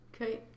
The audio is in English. Okay